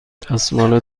دستمال